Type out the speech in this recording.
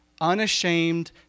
unashamed